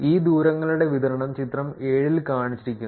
ഈ ദൂരങ്ങളുടെ വിതരണം ചിത്രം 7 ൽ കാണിച്ചിരിക്കുന്നു